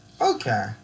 Okay